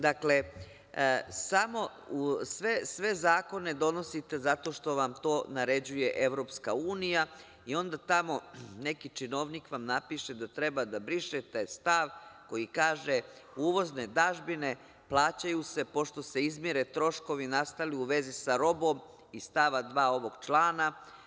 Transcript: Dakle, sve zakone donosite zato što vam to naređuje EU i onda tamo neki činovnik vam napiše da treba da brišete stav koji kaže – uvozne dažbine plaćaju se pošto se izmire troškovi nastali u vezi sa robom iz stava 2. ovog člana.